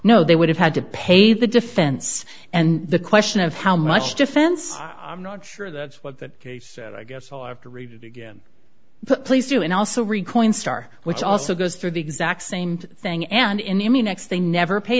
no they would have had to pay the defense and the question of how much defense i'm not sure that's what that case i guess i'll have to read it again but please do and also recording star which also goes through the exact same thing and in immunex they never pa